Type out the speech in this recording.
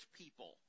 people